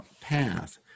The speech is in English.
path